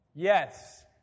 Yes